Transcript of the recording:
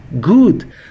good